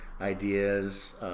ideas